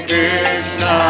Krishna